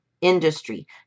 industry